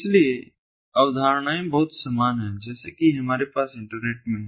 इसलिए अवधारणाएं बहुत समान हैं जैसे कि हमारे पास इंटरनेट में है